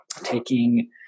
taking